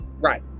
Right